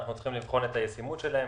אנחנו צריכים לבחון את הישימות שלהן,